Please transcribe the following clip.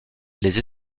les